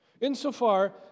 insofar